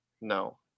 no